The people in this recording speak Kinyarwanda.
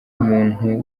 umuntu